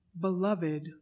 beloved